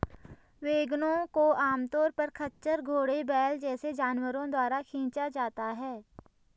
वैगनों को आमतौर पर खच्चर, घोड़े, बैल जैसे जानवरों द्वारा खींचा जाता है